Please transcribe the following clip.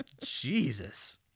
Jesus